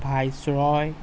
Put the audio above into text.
viceroy